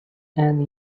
and